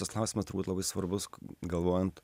tas klausimas turbūt labai svarbus galvojant